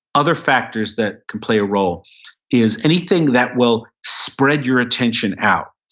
other factors that can play a role is anything that will spread your attention out,